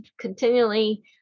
continually